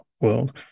world